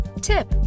tip